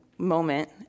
moment